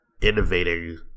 innovating